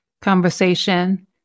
conversation